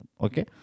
Okay